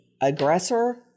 aggressor